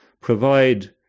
provide